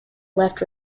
left